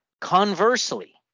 Conversely